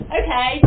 okay